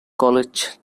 college